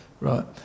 right